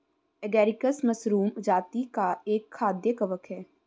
agaricus mushroom जाती का एक खाद्य कवक है